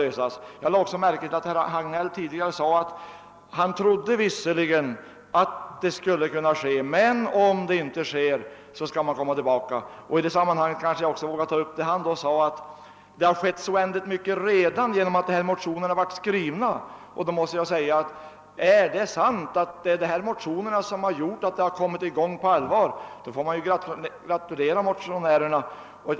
Jag noterade också i sammanhanget vad herr Hagnell sade, nämligen att vi förmodligen skulle kunna lösa problemen, men att man om detta inte lyckades skulle komma tillbaka. Herr Hagnell sade också att det redan har skett mycket bara genom att motionerna blivit skrivna. Om det är sant att det är motionernas förtjänst att dessa frågor tagits upp på allvar, så vill jag gratulera motionärerna.